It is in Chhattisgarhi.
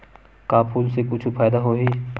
का फूल से कुछु फ़ायदा होही?